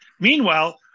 Meanwhile